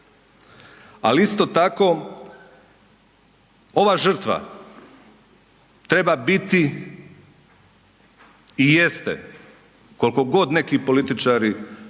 Ali, isto tako ova žrtva treba biti i jeste, koliko god neki političari